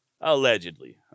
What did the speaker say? Allegedly